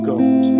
God